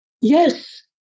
Yes